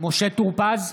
משה טור פז,